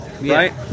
right